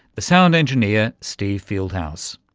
the sound engineer steve fieldhouse.